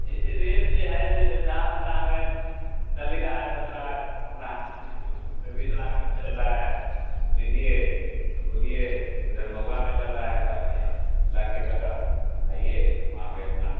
एसे rate जो है ऐसे जंदहा ओंदहा में चली रहा है दस लाख अपना हाजीपुर में बीस लाख एकट्ठा चल रहा है लीजिए तो बोलिए उधर महुआ में चल रहा है बाइस लाख एकटा आइए वहाँ पर अपना